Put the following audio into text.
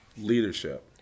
leadership